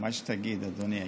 מה שתגיד, אדוני היושב-ראש,